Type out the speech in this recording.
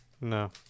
No